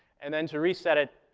and then to reset it,